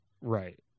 Right